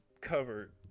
covered